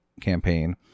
campaign